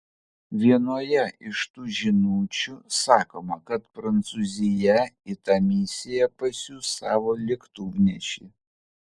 vienoje iš tų žinučių sakoma kad prancūzija į tą misiją pasiųs savo lėktuvnešį